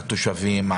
על תושבים,